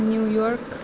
New York